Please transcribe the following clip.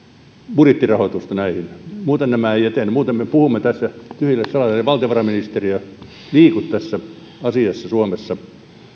budjettirahoitusta näihin muuten nämä eivät etene muuten me puhumme tässä tyhjille saleille ellei valtiovarainministeriö liiku tässä asiassa suomessa